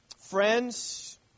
friends